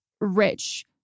rich